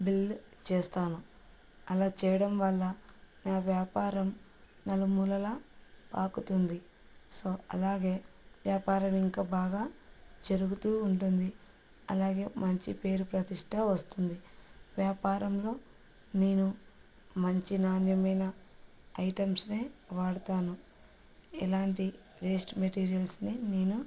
bill చేస్తాను అలా చేయడం వల్ల నా వ్యాపారం నలుమూలలా పాకుతుంది సో అలాగే వ్యాపారం ఇంకా బాగా జరుగుతూ ఉంటుంది అలాగే మంచి పేరు ప్రతిష్ట వస్తుంది వ్యాపారంలో నేను మంచి నాణ్యమైన ఐటమ్స్నే వాడతాను ఎలాంటి వేస్ట్ మెటీరియల్స్ని నేను